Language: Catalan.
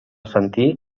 sentir